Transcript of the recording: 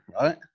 right